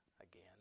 again